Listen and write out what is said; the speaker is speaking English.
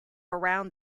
around